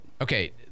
okay